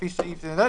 לפי סעיף כך וכך,